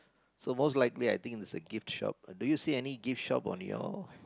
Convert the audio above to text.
so most likely I think it is a gift shop do you see any gift shop on your